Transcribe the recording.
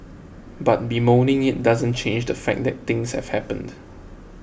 but bemoaning it doesn't change the fact that things have happened